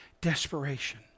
Desperation